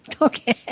Okay